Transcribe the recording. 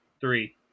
three